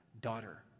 daughter